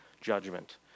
judgment